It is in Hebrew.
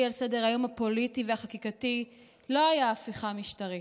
על סדר-היום הפוליטי והחקיקתי לא היה הפיכה משטרית,